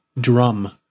drum